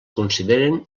consideren